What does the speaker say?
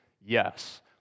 Yes